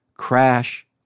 Crash